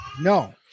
No